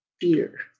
fear